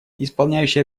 исполняющий